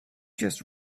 just